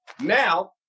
Now